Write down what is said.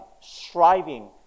striving